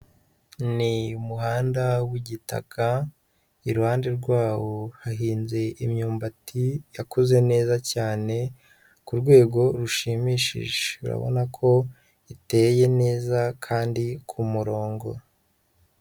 Ni umuhanda wigitaka, iruhande rwawo hahinze imyumbati yakuze neza cyane ku rwego rushimishije. Urabona ko iteye neza kandi kumurongo.